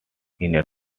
inner